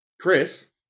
Chris